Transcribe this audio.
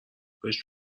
بهش